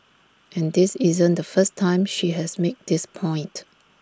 and this isn't the first time she has made this point